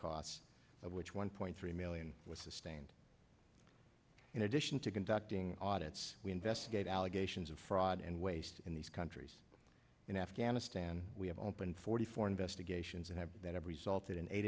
of which one point three million was sustained in addition to conducting audits we investigate allegations of fraud and waste in these countries in afghanistan we have opened forty four investigations and have that every salted in eight